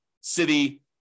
city